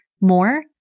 more